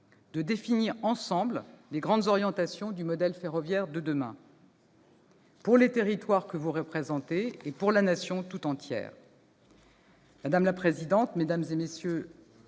de définir conjointement les grandes orientations du modèle ferroviaire de demain, pour les territoires que vous représentez et pour la Nation tout entière.